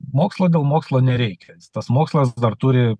mokslo dėl mokslo nereikia tas mokslas dar turi